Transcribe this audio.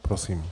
Prosím.